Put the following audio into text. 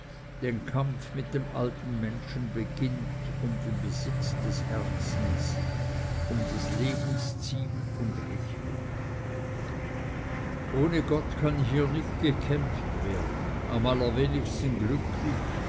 den kampf mit dem alten menschen beginnt um den besitz des herzens um des lebens ziel und richtung ohne gott kann hier nicht gekämpft werden am allerwenigsten glücklich